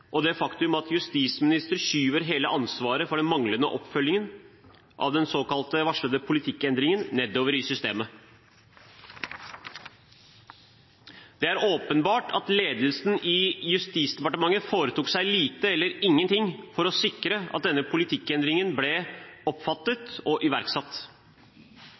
og det gjelder det faktum at justisministeren skyver hele ansvaret for den manglende oppfølgingen av den såkalt varslede politikkendringen nedover i systemet. Det er åpenbart at ledelsen i Justisdepartementet foretok seg lite eller ingenting for å sikre at denne politikkendringen ble oppfattet og iverksatt.